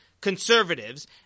conservatives